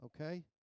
okay